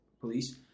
police